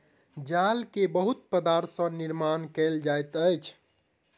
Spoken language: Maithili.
जाल के बहुत पदार्थ सॅ निर्माण कयल जाइत अछि